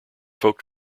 folk